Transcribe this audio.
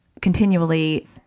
continually